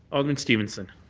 alderman stevenson?